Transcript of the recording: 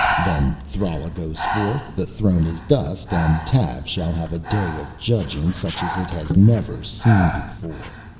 then thrala goes forth, the throne is dust and tav shall have a day of judging such as it has never seen before.